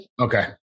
Okay